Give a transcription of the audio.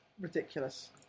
Ridiculous